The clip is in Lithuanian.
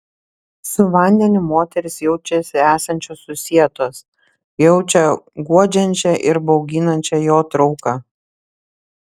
su vandeniu moterys jaučiasi esančios susietos jaučia guodžiančią ir bauginančią jo trauką